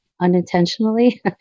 unintentionally